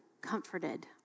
comforted